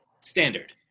standard